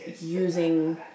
using